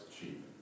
cheap